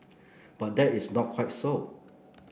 but that is not quite so